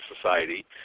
society